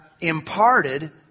imparted